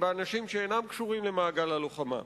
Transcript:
באנשים שאינם קשורים למעגל הלוחמה.